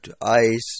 Ice